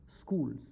schools